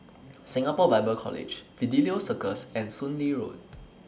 Singapore Bible College Fidelio Circus and Soon Lee Road